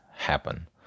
happen